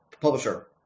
publisher